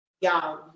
Y'all